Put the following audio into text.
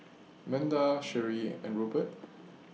Manda Sheree and Rupert